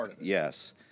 Yes